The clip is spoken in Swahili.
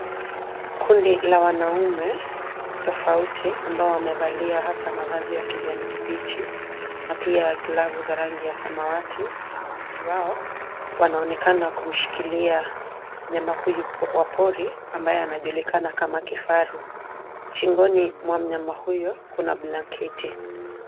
Kundi la wanaume tofauti ambao wamevalia hasa mavazi ya kijani kibichi na pia glavu za kijani kibichi ambao wanaonekana kumshikilia mnyama huyu wa pori ambaye anajulikana kama kifaru. Shingoni mwa mnyama huyu kuna blanketi.